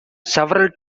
several